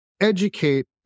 educate